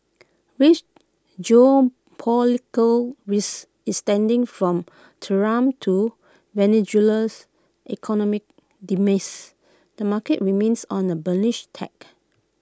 with geopolitical risk extending from Tehran to Venezuela's economic demise the market remains on A bullish tack